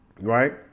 Right